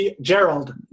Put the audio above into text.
Gerald